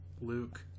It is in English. luke